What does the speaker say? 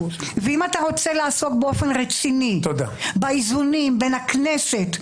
אם אתה רוצה לעסוק באופן רציני באיזונים בין הכנסת,